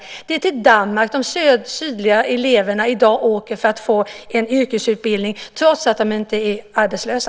Det är i dag till Danmark som de sydligt bosatta eleverna åker för att få en yrkesutbildning, även i de fall där de inte är arbetslösa.